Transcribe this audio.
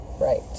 Right